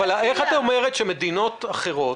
איך את מסבירה את זה שבמדינות אחרות,